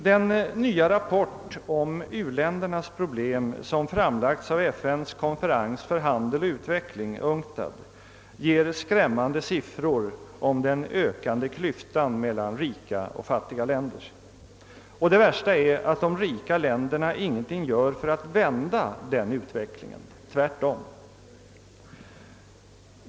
Den nya rapport om u-ländernas problem som framlagts av FN:s konferens för handel och utveckling, UNCTAD, ger skrämmande siffror om den ökande klyftan mellan rika och fattiga länder. Det värsta är att de rika länderna ingenting gör för att vända denna utveckling, tvärtom.